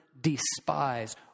despise